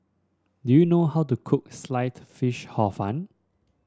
do you know how to cook Sliced Fish Hor Fun